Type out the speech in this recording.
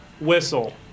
whistle